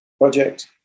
Project